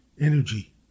energy